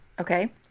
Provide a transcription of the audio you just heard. Okay